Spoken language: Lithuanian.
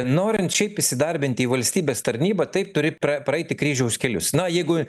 norint šiaip įsidarbinti į valstybės tarnybą taip turi pra praeiti kryžiaus kelius na jeigu